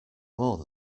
more